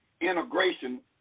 integration